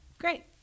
great